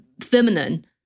feminine